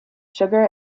sugar